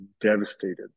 devastated